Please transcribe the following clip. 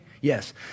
Yes